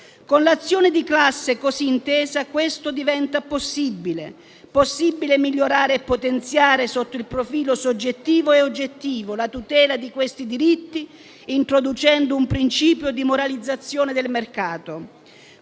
Con l'azione di classe così intesa, questo diventa possibile come diventa possibile migliorare e potenziare, sotto il profilo soggettivo e oggettivo, la tutela di questi diritti, introducendo un principio di moralizzazione del mercato,